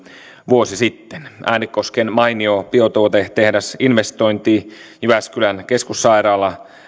vuosi sitten äänekosken mainio biotuotetehdasinvestointi jyväskylän keskussairaalan